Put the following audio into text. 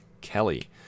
Kelly